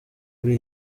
kuri